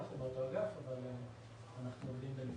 הם אצלנו באגף אבל אנחנו עובדים בנפרד.